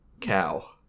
cow